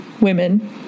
women